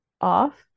off